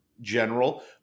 general